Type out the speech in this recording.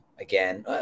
Again